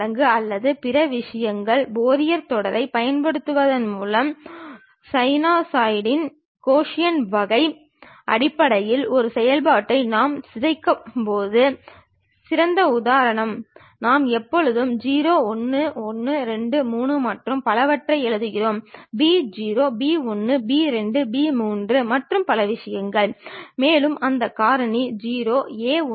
இந்த துணை தளங்கள் ஒரு பொருளின் கூடுதல் அம்சங்களான அதனுடைய சிக்கலான வடிவமைப்பு பக்கவாட்டில் இருந்து பார்க்கும்போது அது எவ்வாறு தெரியும் அதனுடைய வடிவத்தில் ஏதேனும் குறைகள் இருக்கிறதா போன்ற மற்ற சில விவரங்களையும் சாய்ந்த துணை தளங்கள் அல்லது செங்குத்து துணை தளங்கள் மூலம் அறியலாம்